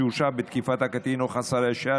שהורשע בתקיפת הקטין או חסר הישע,